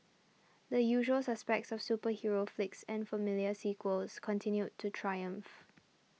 the usual suspects of superhero flicks and familiar sequels continued to triumph